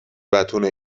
بتونه